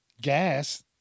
Gas